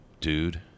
Dude